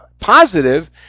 positive